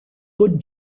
put